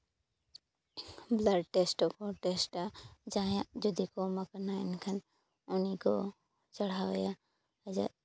blood test ᱦᱚᱸ ᱠᱚ ᱴᱮᱥᱴᱟ ᱡᱟᱦᱟᱸᱭᱟᱜ ᱡᱩᱫᱤ ᱠᱚᱢ ᱟᱠᱟᱱᱟ ᱮᱱᱠᱷᱟᱱ ᱩᱱᱤ ᱠᱚ ᱪᱟᱲᱦᱟᱣ ᱟᱭᱟ ᱟᱡᱟᱜ